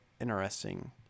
interesting